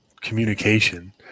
communication